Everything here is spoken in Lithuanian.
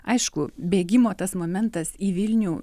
aišku bėgimo tas momentas į vilnių